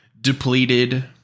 depleted